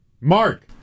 Mark